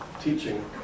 teaching